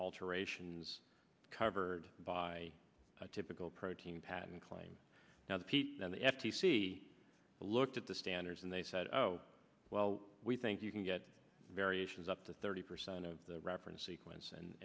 alterations covered by i typical protein patent claim now the f t c looked at the standards and they said oh well we think you can get variations up to thirty percent of the reference sequence